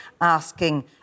asking